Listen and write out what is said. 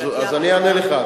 אז אני אענה לך.